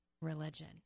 religion